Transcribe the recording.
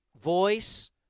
voice